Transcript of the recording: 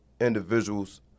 individuals